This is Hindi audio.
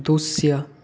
दृश्य